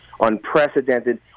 unprecedented